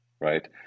right